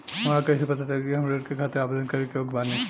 हमरा कइसे पता चली कि हम ऋण के खातिर आवेदन करे के योग्य बानी?